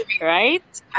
Right